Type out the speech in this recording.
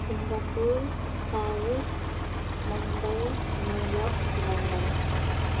Singapore Paris Mumbai New York London